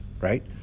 right